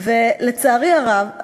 לצערי הרב,